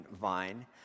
vine